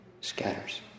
scatters